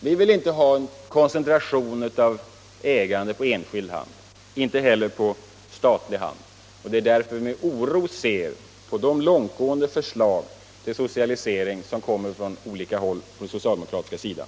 Vi vill inte ha en koncentration av ägande på enskild hand — och inte heller på statlig hand. Det är därför som vi med oro ser på de långtgående förslag till socialisering som kommer från olika håll på den socialdemokratiska sidan.